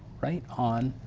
right on,